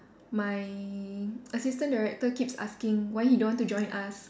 my assistant director keeps asking why he don't want to join us